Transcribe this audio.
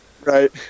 Right